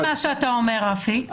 אני מסכימה למה שאתה אומר רפי,